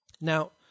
Now